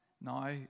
Now